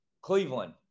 Cleveland